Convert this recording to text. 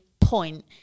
point